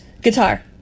guitar